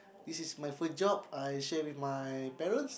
it is my first job I shared with my parents